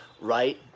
right